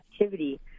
activity